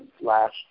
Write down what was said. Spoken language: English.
last